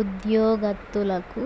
ఉద్యోగత్తులకు